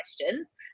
questions